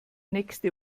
nächste